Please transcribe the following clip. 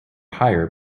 hire